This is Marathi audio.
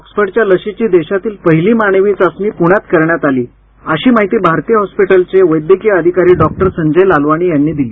ऑक्सफर्डच्या लसीची देशातली पहिली मानवी चाचणी पुण्यात करण्यात आली अशी माहिती भारती रुग्णालयाचे वैद्यकीय अधिकारी डॉक्टर संजय ललवाणी यांनी दिली